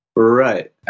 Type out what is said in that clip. Right